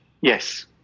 yes